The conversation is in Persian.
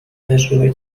تجربه